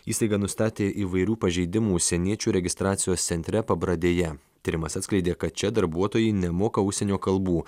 įstaiga nustatė įvairių pažeidimų užsieniečių registracijos centre pabradėje tyrimas atskleidė kad čia darbuotojai nemoka užsienio kalbų